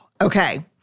okay